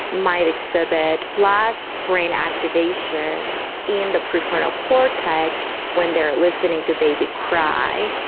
might exhibit less brain activation in the prefrontal cortex when they are listening to babies cry,